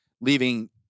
leaving